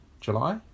July